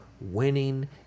winning